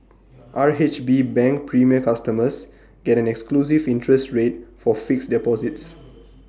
R H B bank premier customers get an exclusive interest rate for fixed deposits